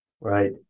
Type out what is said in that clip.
right